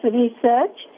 research